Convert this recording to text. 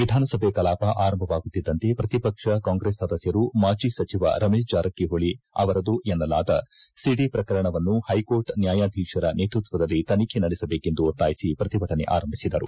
ವಿಧಾನಸಭೆ ಕಲಾಪ ಅರಂಭವಾಗುತ್ತಿದ್ದಂತೆ ಪ್ರಕಿಪಕ್ಷ ಕಾಂಗ್ರೆಸ್ ಸದಸ್ಯರು ಮಾಜಿ ಸಚಿವ ರಮೇಶ್ ಜಾರಕಿಹೊಳಿ ಅವರದು ಎನ್ನಲಾದ ಸಿಡಿ ಪ್ರಕರಣವನ್ನು ವೈಕೋರ್ಟ್ ನ್ಯಾಯಾದೀಶರ ನೇತೃತ್ವದಲ್ಲಿ ತನಿಖೆ ನಡೆಸಬೇಕೆಂದು ಒತ್ತಾಯಿಸಿ ಪ್ರಕಿಭಟನೆ ಆರಂಭಿಸಿದರು